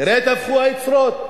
תראה איך התהפכו היוצרות.